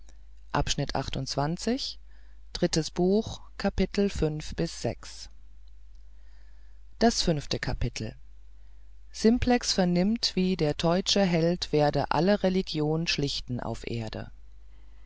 das fünfte kapitel simplex vernimmt wie der teutsche held werde alle religion schlichten auf erde